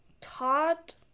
taught